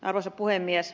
arvoisa puhemies